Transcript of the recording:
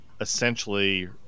essentially